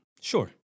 Sure